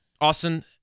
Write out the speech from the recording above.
Austin